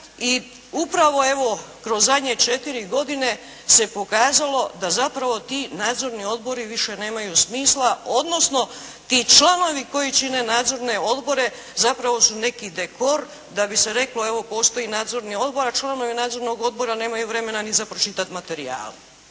i upravo evo, kroz zadnje četiri godine se pokazalo da zapravo ti nadzorni odbori više nemaju smisla odnosno ti članovi koji čine nadzorne odbore zapravo su neki dekor da bi se reklo evo, postoji nadzorni odbor a članovi nadzornog odbora nemaju vremena ni za pročitat materijale.